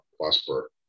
prosper